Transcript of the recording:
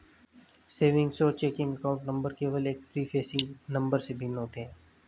savings और checking account number केवल एक प्रीफेसिंग नंबर से भिन्न होते हैं